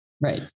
Right